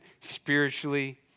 spiritually